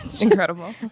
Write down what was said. incredible